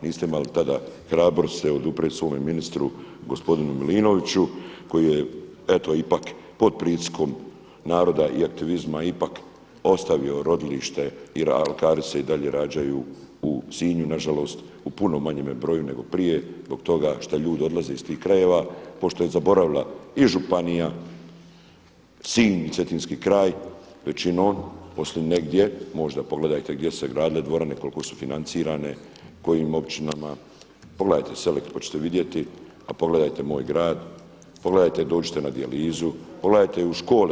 Niste imali tada hrabrosti se oduprijeti svome ministru gospodinu Milinoviću koji je eto ipak pod pritiskom naroda i aktivizma ipak ostavio rodilište i alkari se i dalje rađaju u Sinju, na žalost u puno manjem broju nego prije zbog toga što ljudi odlaze iz tih krajeva pošto je zaboravila i županija Sinj i Cetinski kraj većinom, osim negdje, možda pogledajte gdje su se gradile dvorane, koliko su financirane, kojim općinama, pogledajte … a pogledajte moj grad, pogledajte i dođite na dijalizu, pogledajte u škole.